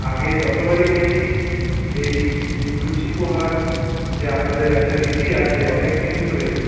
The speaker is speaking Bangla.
আগে যতবারই গেছি এই লুচি পোহার যে আপনাদের একটা রীতি আছে অনেকদিন ধরেই